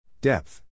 Depth